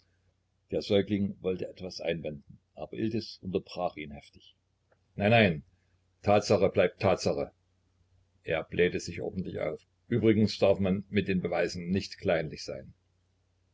der säugling wollte etwas einwenden aber iltis unterbrach ihn heftig nein nein tatsache bleibt tatsache er blähte sich ordentlich auf übrigens darf man mit den beweisen nicht kleinlich sein